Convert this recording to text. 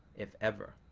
if ever.